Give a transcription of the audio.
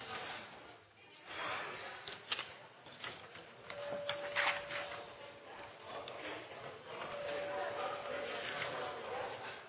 jeg